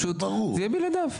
זה פשוט יהיה בלעדיו.